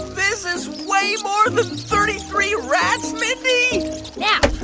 this is way more than thirty three rats, mindy now,